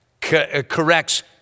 corrects